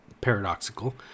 paradoxical